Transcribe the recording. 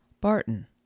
Barton